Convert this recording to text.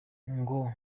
ngo